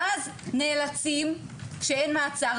ואז כשאין מעצר,